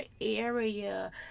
area